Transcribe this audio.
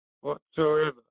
whatsoever